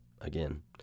again